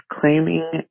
claiming